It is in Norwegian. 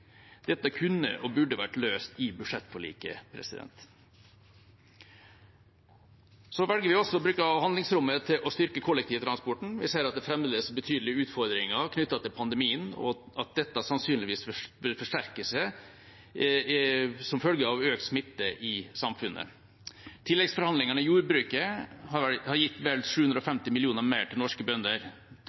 Dette kunne og burde vært løst i budsjettforliket. Så velger vi også å bruke av handlingsrommet til å styrke kollektivtransporten. Vi ser at det fremdeles er betydelige utfordringer knyttet til pandemien, og at dette sannsynligvis vil forsterke seg som følge av økt smitte i samfunnet. Tilleggsforhandlingene i jordbruket har gitt vel 750 mill. kr mer til norske bønder.